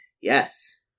Yes